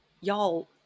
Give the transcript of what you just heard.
y'all